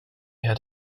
had